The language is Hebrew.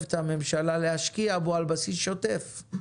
מחייבת את הממשלה להשקיע בו על בסיס שוטף,